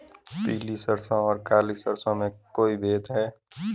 पीली सरसों और काली सरसों में कोई भेद है?